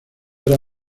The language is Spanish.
era